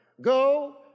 Go